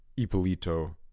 Ippolito